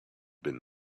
been